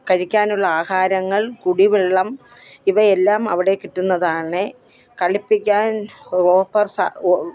കഴിക്കാനുള്ള ആഹാരങ്ങൾ കുടിവെള്ളം ഇവയെല്ലാം അവിടെ കിട്ടുന്നതാണ് കളിപ്പിക്കാൻ ഓപ്പർ ഓ